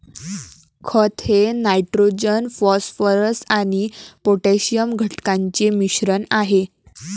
खत हे nitrogen phosphorus आणि पोटॅशियम घटकांचे मिश्रण आहे